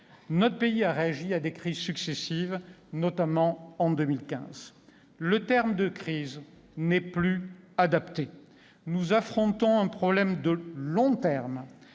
Notre pays a réagi à des crises successives, notamment en 2015. Le terme de « crise » n'est d'ailleurs plus adapté ; nous affrontons un problème de long terme,